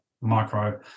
micro